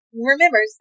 remember